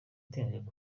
iteganyijwe